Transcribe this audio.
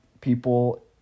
people